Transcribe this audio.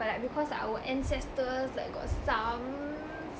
but like because like our ancestors like got some